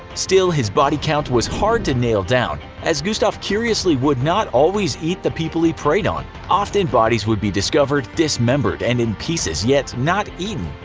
still, his body count was hard to nail down as gustave curiously would not always eat the people he preyed on often bodies would be discovered dismembered and in pieces, yet not eaten.